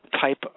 type